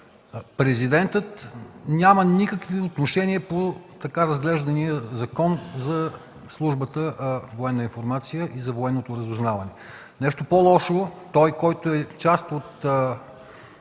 Президентът няма никакви отношения по така разглеждания закон за служба „Военна информация” и за Военното разузнаване. Нещо по-лошо, той, който е част от